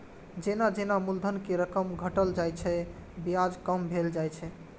जेना जेना मूलधन के रकम घटल जाइ छै, ब्याज कम भेल जाइ छै